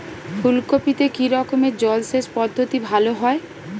ফুলকপিতে কি রকমের জলসেচ পদ্ধতি ভালো হয়?